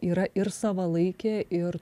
yra ir savalaikė ir